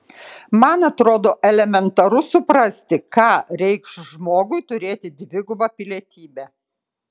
man atrodo elementaru suprasti ką reikš žmogui turėti dvigubą pilietybę